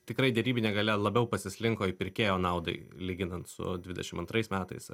tikrai derybinė galia labiau pasislinko į pirkėjo naudai lyginant su dvidešim antrais metais